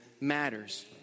matters